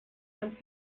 kannst